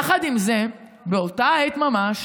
יחד עם זאת, באותה עת ממש